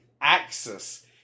axis